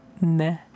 Nah